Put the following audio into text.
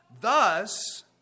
Thus